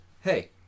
Hey